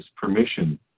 permission